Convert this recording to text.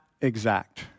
exact